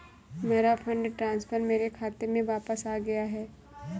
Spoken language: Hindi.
मेरा फंड ट्रांसफर मेरे खाते में वापस आ गया है